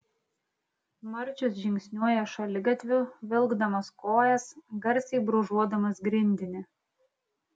marčius žingsniuoja šaligatviu vilkdamas kojas garsiai brūžuodamas grindinį